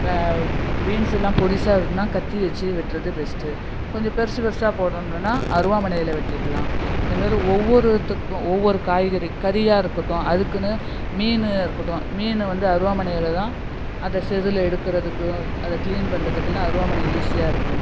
பீன்சுல்லாம் பொடிசாக வெட்டினா கத்தி வச்சு வெட்டுறது பெஸ்ட்டு கொஞ்சம் பெருசு பெருசாக போடணுன்னா அருவாமனையில் வெட்டிக்கலாம் இந்த மாரி ஒவ்வொருத்துக்கும் ஒவ்வொரு காய்கறி கரியாகருக்குட்டும் அதுக்குன்னு மீன் இருக்கட்டும் மீன் வந்து அருவாமனையிலதான் அதில் செதுலை எடுக்குறதுக்கும் அதை க்ளீன் பண்ணுறதுக்குலாம் அருவாமனை ஈஸியாகருக்கும்